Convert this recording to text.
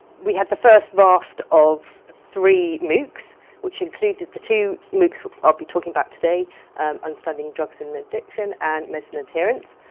we had the first raft of three moocs which included the two moocs i'll be talking about today understanding drugs and addiction, and medicines and adherence.